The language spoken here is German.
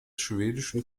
schwedischen